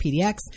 PDX